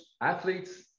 athletes